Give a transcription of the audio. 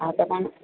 हा त पाण